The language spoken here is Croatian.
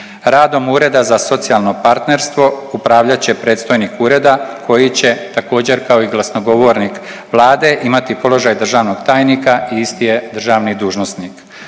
Radom Ureda za socijalno partnerstvo upravljat će predstojnik ureda koji će također kao i glasnogovornik Vlade imati položaj državnog tajnika i isti je državni dužnosnik.